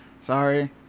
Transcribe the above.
Sorry